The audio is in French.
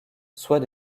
soit